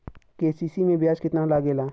KCC में ब्याज कितना लागेला?